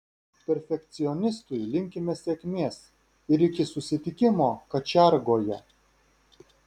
perfekcionistui linkime sėkmės ir iki susitikimo kačiargoje